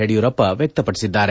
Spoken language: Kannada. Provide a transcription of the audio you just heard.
ಯಡಿಯೂರಪ್ಪ ವ್ಯಕ್ತಪಡಿಸಿದ್ದಾರೆ